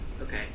okay